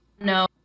No